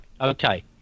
Okay